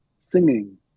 singing